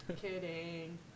Kidding